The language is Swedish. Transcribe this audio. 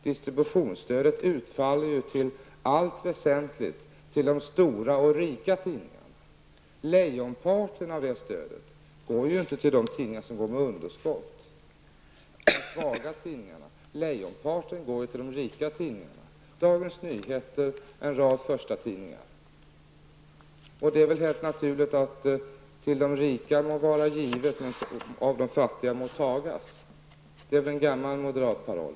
Distributionsstödet tillfaller ju i allt väsentligt de stora och rika tidningarna. Leijonparten av det stödet går inte till de tidningar som går med underskott, de svaga tidningarna. Leijonparten går till de rika tidningarna -- Dagens Nyheter, en rad förstatidningar. Det är väl rätt naturligt att till de rika må vara givet och av de fattiga må tagas. Det är en gammal moderat paroll.